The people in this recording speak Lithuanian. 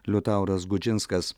liutauras gudžinskas